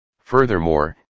Furthermore